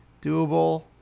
doable –